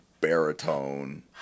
baritone